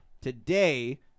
Today